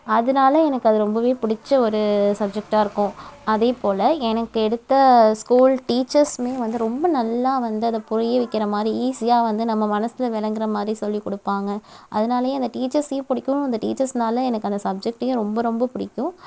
அதனால எனக்கு அது ரொம்பவே பிடிச்ச ஒரு சப்ஜெக்டாக இருக்கும் அதேபோல எனக்கு எடுத்த ஸ்கூல் டீச்சர்ஸ்மே வந்து ரொம்ப நல்லா வந்து அதைப் புரிய வைக்கிற மாதிரி ஈசியாக வந்து நம்ம மனசில் விளங்குறமாதிரி சொல்லிக் கொடுப்பாங்க அதனாலயே அந்த டீச்சர்ஸையும் பிடிக்கும் அந்த டீச்சர்ஸ்னால எனக்கு அந்த சப்ஜெக்ட்டையும் ரொம்ப ரொம்ப பிடிக்கும்